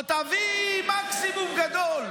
או תביא מקסימום גדול.